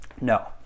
No